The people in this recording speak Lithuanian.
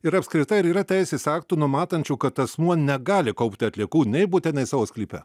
ir apskritai ar yra teisės aktų numatančių kad asmuo negali kaupti atliekų nei bute nei savo sklype